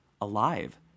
alive